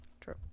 true